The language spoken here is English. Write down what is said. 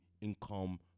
income